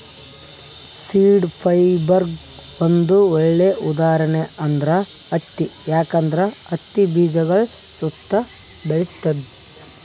seed ಫೈಬರ್ಗ್ ಒಂದ್ ಒಳ್ಳೆ ಉದಾಹರಣೆ ಅಂದ್ರ ಹತ್ತಿ ಯಾಕಂದ್ರ ಹತ್ತಿ ಬೀಜಗಳ್ ಸುತ್ತಾ ಬೆಳಿತದ್